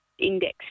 index